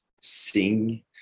sing